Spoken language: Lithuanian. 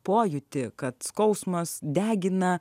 pojūtį kad skausmas degina